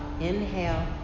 Inhale